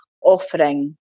offering